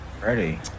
Ready